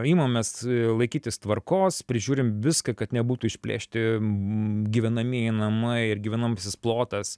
imamės laikytis tvarkos prižiūrim viską kad nebūtų išplėšti gyvenamieji namai ir gyvenamasis plotas